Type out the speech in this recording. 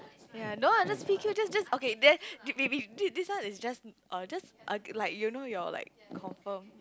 ya no ah just P_Q just just okay then maybe this this one is just err just err you know your like confirm